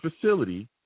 facility